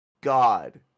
god